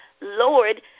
Lord